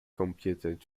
computed